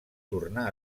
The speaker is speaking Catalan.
tornar